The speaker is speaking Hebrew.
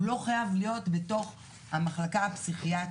הוא לא חייב להיות בתוך המחלקה הפסיכיאטרית.